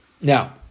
Now